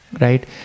right